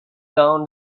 down